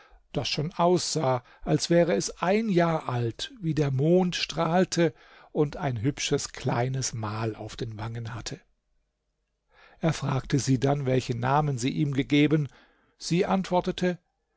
das schon aussah als wäre es ein jahr alt wie der mond strahlte und ein hübsches kleines mal auf den wangen hatte er fragte sie dann welchen namen sie ihm gegeben sie antwortete